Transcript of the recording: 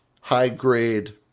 high-grade